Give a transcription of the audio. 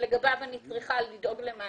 אני מצטער על האיחור,